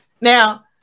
Now